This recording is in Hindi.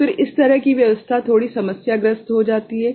तो फिर इस तरह की व्यवस्था थोड़ी समस्याग्रस्त हो जाती है